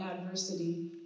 adversity